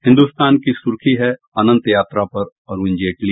हिन्दुस्तान की सुर्खी है अनंत यात्रा पर अरूण जेटली